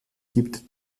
gibt